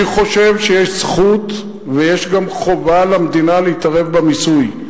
אני חושב שיש זכות ויש גם חובה למדינה להתערב במיסוי,